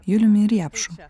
juliumi riepšu